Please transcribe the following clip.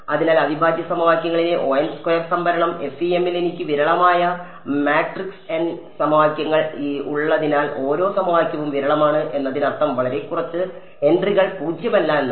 അതിനാൽ അവിഭാജ്യ സമവാക്യങ്ങളിലെ സംഭരണം FEM ൽ എനിക്ക് വിരളമായ മാട്രിക്സ് n സമവാക്യങ്ങൾ ഉള്ളതിനാൽ ഓരോ സമവാക്യവും വിരളമാണ് എന്നതിനർത്ഥം വളരെ കുറച്ച് എൻട്രികൾ പൂജ്യമല്ല എന്നാണ്